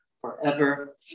forever